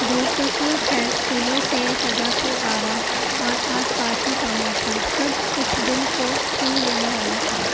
دور تک پھیل پھولوں سے سجا شکارا اور آس پاس کی خاموشی سب کچھ دل کو چھو لینے والا تھا